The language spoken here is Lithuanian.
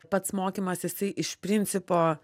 pats mokymas jisai iš principo